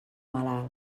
malalt